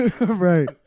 Right